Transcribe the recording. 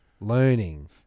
learning